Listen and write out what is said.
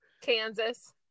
Kansas